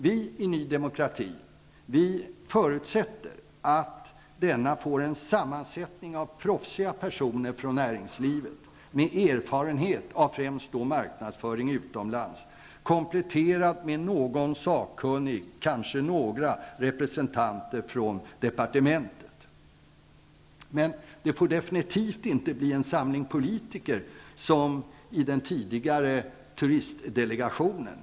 Vi i Ny demokrati förutsätter att denna får en sammansättning av proffsiga personer från näringslivet, med erfarenhet av främst marknadsföring utomlands, kompletterad med någon sakkunnig, kanske några representanter från departementet. Men det får definitivt inte bli en samling politiker som i den tidigare turistdelegationen.